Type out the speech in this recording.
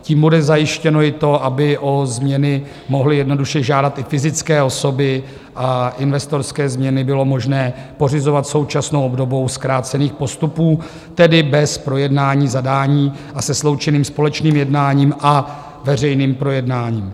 Tím bude zajištěno i to, aby o změny mohly jednoduše žádat i fyzické osoby a investorské změny bylo možné pořizovat současnou obdobou zkrácených postupů, tedy bez projednání zadání a se sloučeným společným jednáním a veřejným projednáním.